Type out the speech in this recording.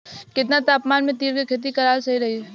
केतना तापमान मे तिल के खेती कराल सही रही?